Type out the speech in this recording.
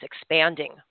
expanding